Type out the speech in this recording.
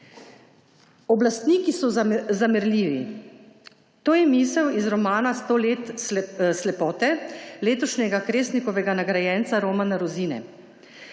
»Oblastniki so zamerljivi.« To je misel iz romana Sto let slepote letošnjega Kresnikovega nagrajenca Romana Rozine.